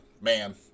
man